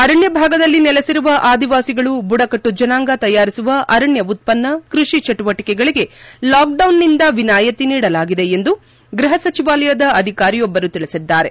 ಅರಣ್ಯ ಭಾಗದಲ್ಲಿ ನೆಲೆಸಿರುವ ಆದಿವಾಸಿಗಳು ಬುಡಕಟ್ಟು ಜನಾಂಗ ತಯಾರಿಸುವ ಅರಣ್ಯ ಉತ್ವನ್ನ ಕೃಷಿ ಚಟುವಟಿಕೆಗಳಿಗೆ ಲಾಕ್ಡೌನ್ನಿಂದ ವಿನಾಯಿತಿ ನೀಡಲಾಗಿದೆ ಎಂದು ಗೃಹ ಸಚಿವಾಲಯದ ಅಧಿಕಾರಿಯೊಬ್ಬರು ತಿಳಿಸಿದ್ದಾರೆ